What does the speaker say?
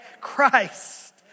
Christ